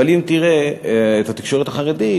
אבל אם תראה את התקשורת החרדית,